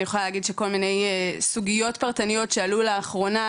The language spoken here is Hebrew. אני יכולה להגיד שכל מיני סוגיות פרטניות שעלו לאחרונה,